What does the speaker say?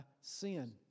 sin